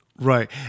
Right